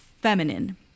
feminine